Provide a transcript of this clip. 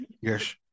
Yes